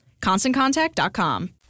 ConstantContact.com